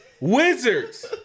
wizards